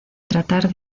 tratar